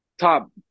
Top